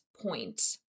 point